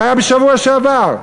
זה היה בשבוע שעבר.